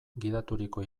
gidaturiko